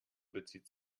bezieht